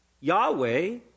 Yahweh